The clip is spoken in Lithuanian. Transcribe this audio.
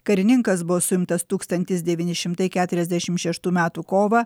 karininkas buvo suimtas tūkstantis devyni šimtai keturiasdešimt šeštų metų kovą